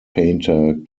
painter